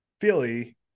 Philly